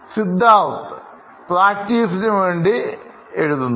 Siddharth പ്രാക്ടീസിന് വേണ്ടി എഴുതുന്നു